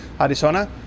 Arizona